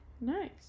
nice